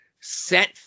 set